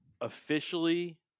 officially